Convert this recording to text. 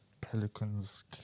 Pelicans